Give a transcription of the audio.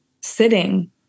sitting